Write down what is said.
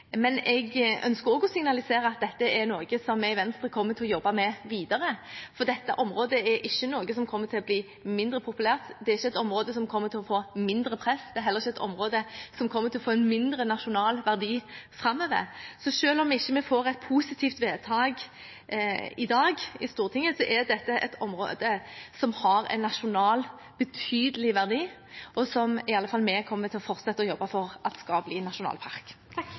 Men jeg ønsker også å signalisere at dette er noe som vi i Venstre kommer til å jobbe med videre, for dette området kommer ikke til å bli mindre populært. Det er ikke et område som kommer til å få mindre press. Det er heller ikke et område som kommer til å få mindre nasjonal verdi framover. Selv om vi i dag ikke får et positivt vedtak i Stortinget, er dette et område som har nasjonal, betydelig verdi, og som i alle fall vi kommer til å fortsette å jobbe for at skal bli nasjonalpark.